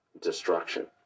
destruction